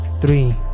three